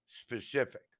specific